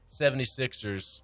76ers